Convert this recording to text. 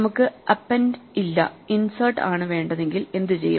നമുക്ക് അപ്പെൻഡ് അല്ല ഇൻസേർട്ട് ആണ് വേണ്ടതെങ്കിൽ എന്ത് ചെയ്യും